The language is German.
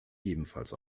ebenfalls